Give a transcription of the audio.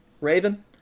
Raven